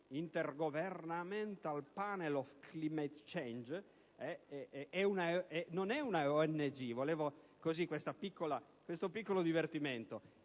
(*Intergovernmental Panel on Climate Change*) non è una ONG (questo è un piccolo divertimento).